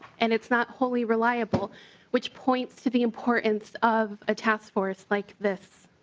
and it's not wholly reliable which points to the importance of a task force like this.